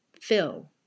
fill